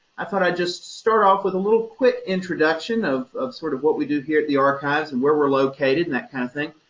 i thought i'd just start off with a little quick introduction of of sort of what we do here at the archives and where we're located and that kind of thing.